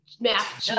math